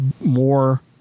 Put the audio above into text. more